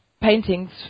paintings